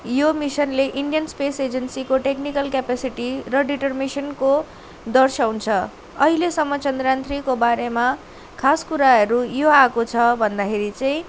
यो मिसनले Indian space एजेन्सीको टेक्निकल केपेसिटी र डिटरमेसनको दर्शाउँछ अहिलेसम्म चन्द्रयान थ्रीको बारेमा खास कुराहरू यो आएको छ भन्दाखेरि चाहिँ